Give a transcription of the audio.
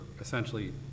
essentially